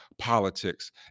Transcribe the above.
politics